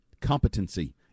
Competency